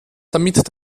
damit